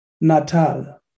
Natal